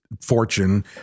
fortune